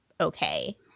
okay